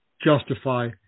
justify